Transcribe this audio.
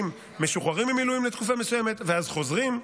משוחררים ממילואים לתקופה מסוימת ואז חוזרים,